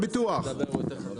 לדבר ואחר כך תתייחס.